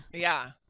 yeah.